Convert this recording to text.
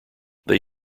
they